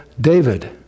David